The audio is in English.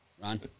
Ron